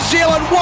Zealand